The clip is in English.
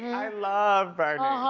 i love bernie.